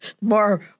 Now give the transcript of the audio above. More